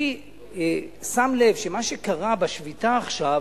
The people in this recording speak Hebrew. אני שם לב שמה שקרה בשביתה עכשיו,